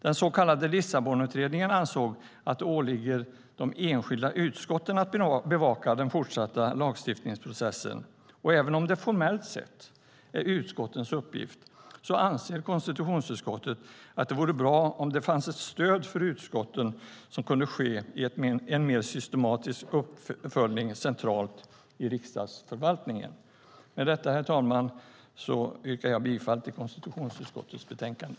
Den så kallade Lissabonutredningen ansåg att det åligger de enskilda utskotten att bevaka den fortsatta lagstiftningsprocessen. Även om det formellt sett är utskottens uppgift anser konstitutionsutskottet att det vore bra om det fanns ett stöd för utskotten som kunde ske i en mer systematisk uppföljning centralt i Riksdagsförvaltningen. Med detta, herr ålderspresident, ställer jag mig bakom anmälan i konstitutionsutskottets betänkande.